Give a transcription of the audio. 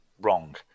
wrong